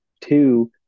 Two